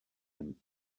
him